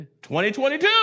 2022